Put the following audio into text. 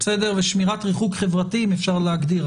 ושמירת ריחוק חברתי אם אפשר להגדיר,